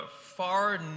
far